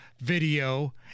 video